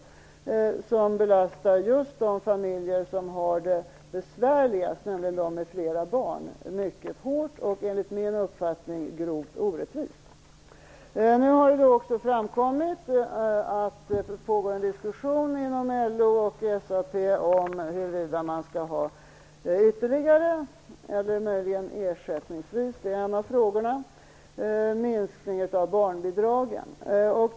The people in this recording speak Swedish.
Detta belastar just de familjer som har det besvärligast - familjer med flera barn - mycket hårt och, enligt min uppfattning, grovt orättvist. Det har nu framkommit att det pågår en diskussion inom LO och SAP om huruvida man skall ha ytterligare - eller möjligen ersättningsvis; det är en av frågorna - minskade barnbidrag.